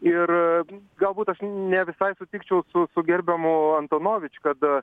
ir galbūt aš ne visai sutikčiau su su gerbiamu antonovič kad